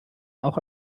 auch